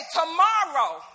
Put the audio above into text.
tomorrow